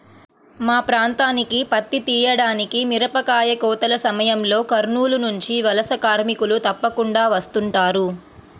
మా ప్రాంతానికి పత్తి తీయడానికి, మిరపకాయ కోతల సమయంలో కర్నూలు నుంచి వలస కార్మికులు తప్పకుండా వస్తుంటారు